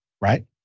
right